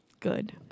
good